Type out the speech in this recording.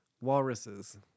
Walruses